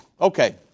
Okay